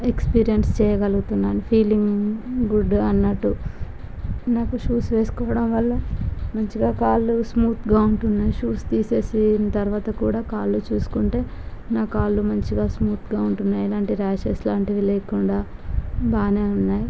experience చెయ్యగలుగుతున్నాను feeling good అన్నట్టు నాకు షూస్ వేసుకోవడంవల్ల మంచిగా కాళ్ళు స్మూత్గా ఉంటున్నాయి షూస్ తీసిన తరువాత కూడా కాళ్ళు చూసుకుంటే నా కాళ్ళు మంచిగా స్మూత్గా ఉంటున్నాయి ఎలాంటి రాషెస్ లాంటివి లేకుండా బాగానే ఉన్నాయి